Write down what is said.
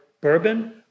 bourbon